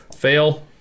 Fail